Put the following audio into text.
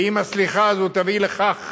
ואם הסליחה תביא לכך